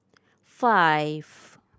five